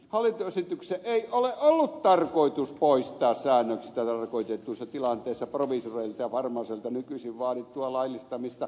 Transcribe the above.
hallituksen esityksessä ei ole ollut tarkoitus poistaa säännöksissä tarkoitetuissa tilanteissa proviisoreilta ja farmaseuteilta nykyisin vaadittua laillistamista